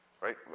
Right